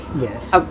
Yes